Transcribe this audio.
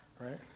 right